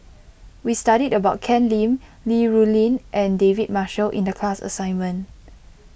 we studied about Ken Lim Li Rulin and David Marshall in the class assignment